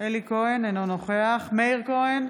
אינו נוכח מאיר כהן,